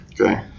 Okay